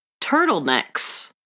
turtlenecks